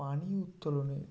পানি উত্তোলন